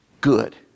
good